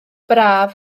braf